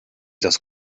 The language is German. das